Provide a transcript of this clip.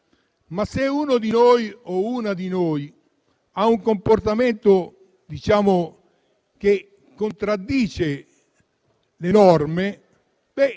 ma se uno o una di noi ha un comportamento che contraddice le norme